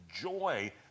joy